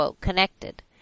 connected